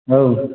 औ